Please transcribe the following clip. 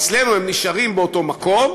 אצלנו הם נשארים באותו מקום,